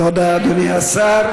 תודה, אדוני השר.